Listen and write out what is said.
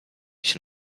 się